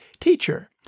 Teacher